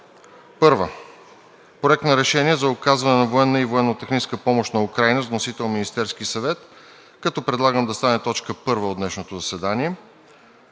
1. Проект на решение за оказване на военна и военно-техническа помощ на Украйна с вносител Министерският съвет, като предлагам да стане точка първа от днешното заседание.